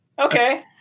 Okay